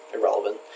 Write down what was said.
Irrelevant